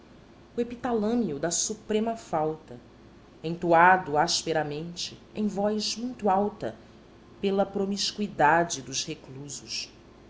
abstrusos o epitalâmio da suprema falta entoado asperamente em voz muito alta pela promiscuidade dos reclusos